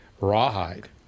rawhide